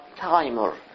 timer